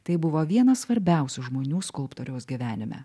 tai buvo vienas svarbiausių žmonių skulptoriaus gyvenime